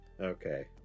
Okay